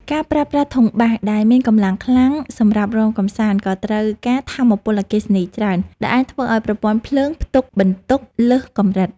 ការប្រើប្រាស់ធុងបាសដែលមានកម្លាំងខ្លាំងសម្រាប់រាំកម្សាន្តក៏ត្រូវការថាមពលអគ្គិសនីច្រើន ដែលអាចធ្វើឱ្យប្រព័ន្ធភ្លើងផ្ទុកបន្ទុកលើសកម្រិត។